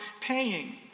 paying